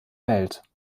welt